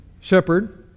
shepherd